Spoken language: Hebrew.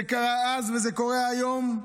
זה קרה אז וזה קורה היום.